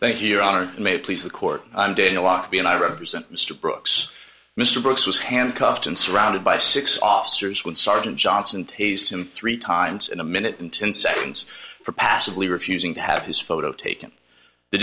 thank you your honor may it please the court dana lobby and i represent mr brooks mr brooks was handcuffed and surrounded by six officers when sergeant johnson taste him three times in a minute and ten seconds for passively refusing to have his photo taken the